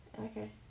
Okay